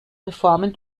reformen